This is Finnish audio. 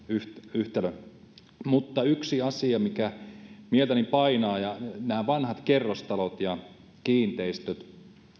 yhtälö mutta yksi asia mikä mieltäni painaa on vanhat kerrostalot ja kiinteistöt